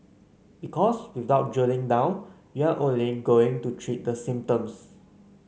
because without drilling down you're only going to treat the symptoms